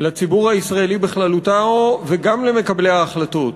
לציבור הישראלי בכללותו, וגם למקבלי ההחלטות: